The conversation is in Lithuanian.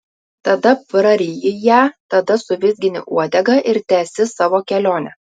tada praryji ją tada suvizgini uodega ir tęsi savo kelionę